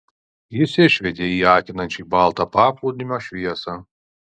jis išvedė į akinančiai baltą paplūdimio šviesą